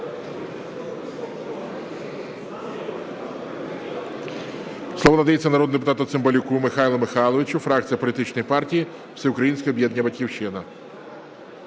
Слово надається народному депутату Цимбалюку Михайлу Михайловичу, фракція політичної партії "Всеукраїнське об'єднання "Батьківщина".